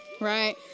Right